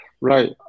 right